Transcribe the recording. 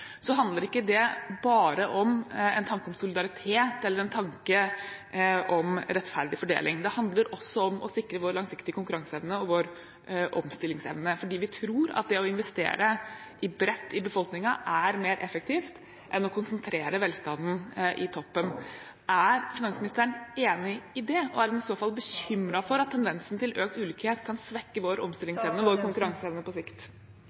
handler ikke det bare om en tanke om solidaritet eller en tanke om rettferdig fordeling. Det handler også om å sikre vår langsiktige konkurranseevne og vår omstillingsevne, fordi vi tror at det å investere bredt i befolkningen er mer effektivt enn å konsentrere velstanden i toppen. Er finansministeren enig i det? Er hun i så fall bekymret for at tendensen til økt ulikhet kan svekke vår omstillingsevne og vår konkurranseevne på sikt?